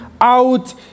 out